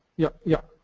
yeah, yeah.